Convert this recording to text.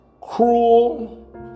cruel